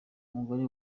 umugore